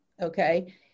Okay